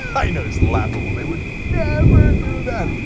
i know it's laughable, they would never do that.